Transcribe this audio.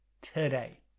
today